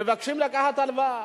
מבקשים לקחת הלוואה,